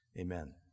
amen